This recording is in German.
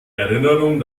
erinnerung